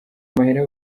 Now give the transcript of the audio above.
amahera